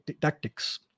tactics